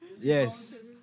Yes